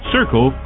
Circle